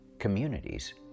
communities